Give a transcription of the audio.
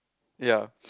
ya